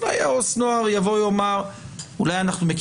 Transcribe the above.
אולי העובד הסוציאלי לנוער יאמר שאולי הם אפילו